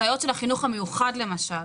הסייעות של החינוך המיוחד, למשל,